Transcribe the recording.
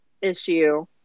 Issue